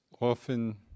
often